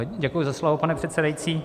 Děkuji za slovo, pane předsedající.